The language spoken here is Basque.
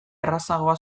errazagoa